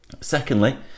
Secondly